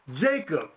Jacob